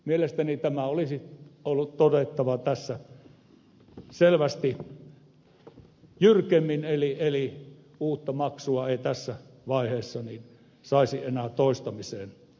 mielestäni tämä olisi ollut todettava tässä selvästi jyrkemmin eli uutta maksua ei tässä vaiheessa saisi enää toistamiseen kohdentaa